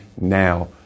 now